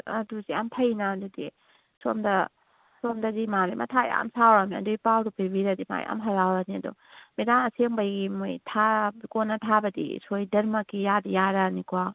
ꯑꯗꯨꯗꯤ ꯌꯥꯝꯅ ꯐꯩꯅꯥ ꯑꯗꯨꯗꯤ ꯁꯣꯝꯗ ꯁꯣꯝꯗꯗꯤ ꯃꯥꯁꯦ ꯃꯊꯥ ꯌꯥꯝꯅ ꯁꯥꯔꯕꯅꯦ ꯑꯗꯨꯒꯤ ꯄꯥꯎꯗꯣ ꯄꯤꯕꯤꯔꯗꯤ ꯃꯥ ꯌꯥꯝꯅ ꯍꯥꯔꯥꯎꯔꯅꯤ ꯑꯗꯣ ꯃꯦꯗꯥꯝ ꯑꯁꯦꯡꯕꯒꯤ ꯃꯈꯣꯏꯒꯤ ꯊꯥꯕꯗꯨ ꯀꯣꯟꯅ ꯊꯥꯕꯗꯤ ꯁꯣꯏꯗꯃꯛꯀꯤ ꯌꯥꯗꯤ ꯌꯥꯔꯅꯤꯀꯣ